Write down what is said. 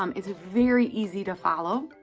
um it's very easy to follow.